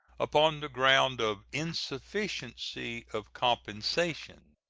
upon the ground of insufficiency of compensation.